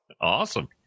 Awesome